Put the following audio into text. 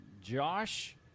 Josh